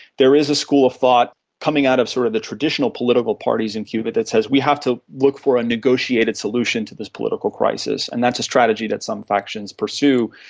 there is a school of thought coming out of sort of the traditional political parties in cuba that says we have to look for a negotiated solution to this political crisis, and that's a strategy that some factions pursue.